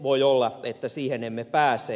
voi olla että siihen emme pääse